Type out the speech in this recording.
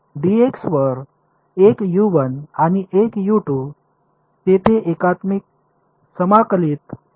Dx वर एक आणि एक तेथे एकात्मिक समाकलित आहे